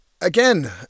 Again